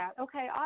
Okay